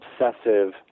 obsessive